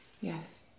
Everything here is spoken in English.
yes